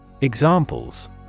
Examples